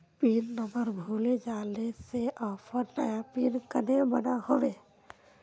Pin number भूले जाले से ऑफर नया पिन कन्हे बनो होबे?